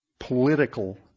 political